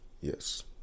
yes